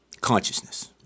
consciousness